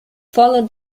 follow